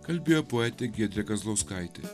kalbėjo poetė giedrė kazlauskaitė